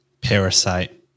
Parasite